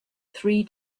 three